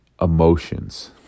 emotions